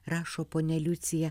rašo ponia liucija